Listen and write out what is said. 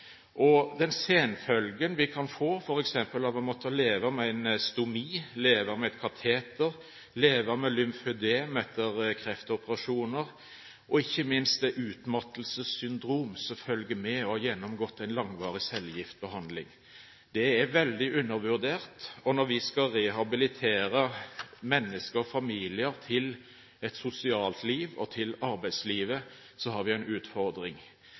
familier. Den senfølgen vi kan få f.eks. av å måtte leve med en stomi, leve med kateter, leve med lymfødem etter kreftoperasjoner, og ikke minst det utmattelsessyndrom som følger med å ha gjennomgått en langvarig cellegiftbehandling, er veldig undervurdert. Når vi skal rehabilitere mennesker, familier, til et sosialt liv og til arbeidslivet, har vi en utfordring.